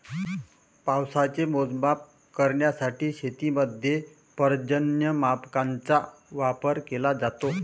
पावसाचे मोजमाप करण्यासाठी शेतीमध्ये पर्जन्यमापकांचा वापर केला जातो